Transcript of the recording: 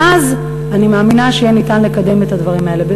ואז אני מאמינה שיהיה אפשר לקדם את הדברים האלה.